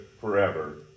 forever